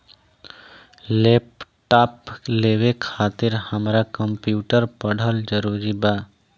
Laptop लेवे खातिर हमरा कम्प्युटर पढ़ल जरूरी बा?